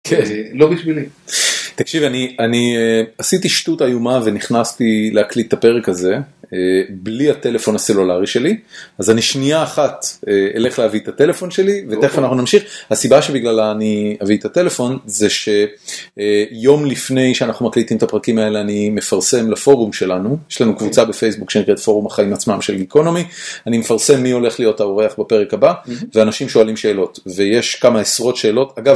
לא בשבילי. תקשיבי אני עשיתי שטות איומה ונכנסתי להקליט את הפרק הזה, בלי הטלפון הסלולרי שלי, אז אני שנייה אחת אלך להביא את הטלפון שלי ותכף אנחנו נמשיך, הסיבה שבגללה אני אביא את הטלפון זה שיום לפני שאנחנו מקליטים את הפרקים האלה אני מפרסם לפורום שלנו, יש לנו קבוצה בפייסבוק שנקראת פורום החיים עצמם של Geekonomy, אני מפרסם מי הולך להיות האורח בפרק הבא, ואנשים שואלים שאלות ויש כמה עשרות שאלות אגב